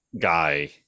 guy